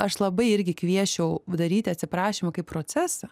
aš labai irgi kviesčiau daryti atsiprašymą kaip procesą